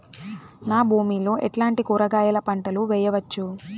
నా భూమి లో ఎట్లాంటి కూరగాయల పంటలు వేయవచ్చు?